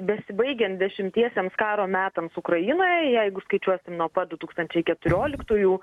besibaigiant dešimtiesiems karo metams ukrainoje jeigu skaičiuosim nuo pat du tūkstančiai keturiolikųjų